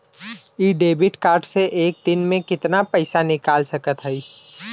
इ debit card से एक दिन मे कितना पैसा निकाल सकत हई?